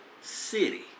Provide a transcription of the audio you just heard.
city